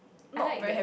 I like that